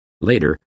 later